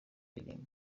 ndirimbo